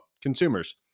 consumers